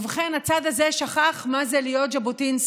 ובכן, הצד הזה שכח מה זה להיות ז'בוטינסקי.